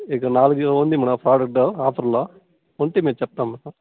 ఇక నాలుగు ఉంది మేడమ్ ప్రాడక్టు ఆఫర్లో ఉంటే మేము చెప్తాం మేడమ్